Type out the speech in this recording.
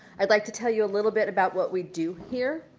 i'd like to tell you a little bit about what we do here.